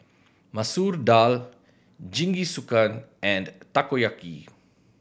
Masoor Dal Jingisukan and Takoyaki